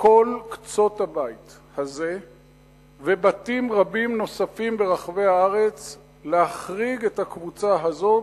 מכל קצות הבית הזה ובתים רבים נוספים ברחבי הארץ להחריג את הקבוצה הזאת,